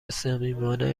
صمیمانه